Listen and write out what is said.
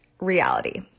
reality